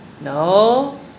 No